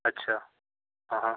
अच्छा हां हां